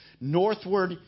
northward